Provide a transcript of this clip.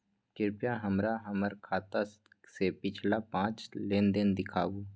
कृपया हमरा हमर खाता से पिछला पांच लेन देन देखाबु